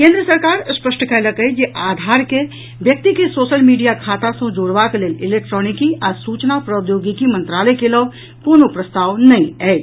केन्द्र सरकार स्पष्ट कयलक अछि जे आधार के व्यक्ति के सोशल मीडिया खाता सॅ जोड़बाक लेल इलेक्ट्रॉनिकी आ सूचना प्रौद्योगिकी मंत्रालय के लऽग कोनो प्रस्ताव नहि अछि